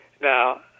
Now